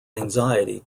anxiety